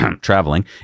traveling